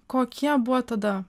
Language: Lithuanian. kokie buvo tada